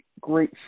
great